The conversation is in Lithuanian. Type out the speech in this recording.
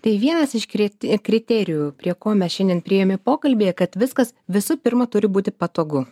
tai vienas iš krė kriterijų prie ko mes šiandien priėjome pokalbyje kad viskas visų pirma turi būti patogu